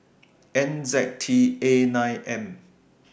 N Z T A nine M